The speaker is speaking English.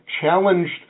challenged